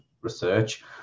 research